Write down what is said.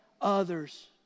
others